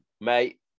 Mate